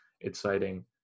exciting